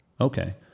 Okay